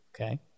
Okay